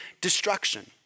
destruction